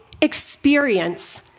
experience